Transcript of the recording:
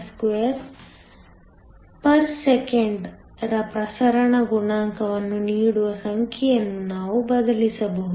64 cm2 s 1 ರ ಪ್ರಸರಣ ಗುಣಾಂಕವನ್ನು ನೀಡುವ ಸಂಖ್ಯೆಗಳನ್ನು ನಾವು ಬದಲಿಸಬಹುದು